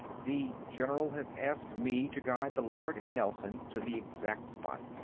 the general has asked me to guide the lord nelson to the exact spot.